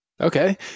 Okay